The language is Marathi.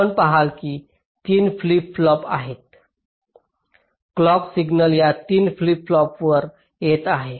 आपण पहाल की 3 फ्लिप फ्लॉप आहेत क्लॉक सिग्नल या सर्व 3 फ्लिप पॉपवर येत आहे